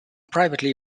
privately